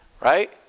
Right